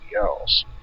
else